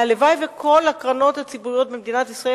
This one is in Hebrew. והלוואי שכל הקרנות הציבוריות במדינת ישראל